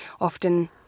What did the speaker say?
often